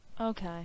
okay